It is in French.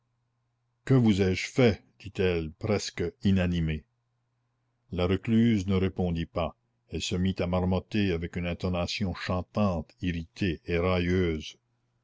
que vous ai-je fait dit-elle presque inanimée la recluse ne répondit pas elle se mit à marmotter avec une intonation chantante irritée et railleuse